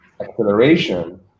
acceleration